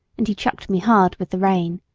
and he chucked me hard with the rein.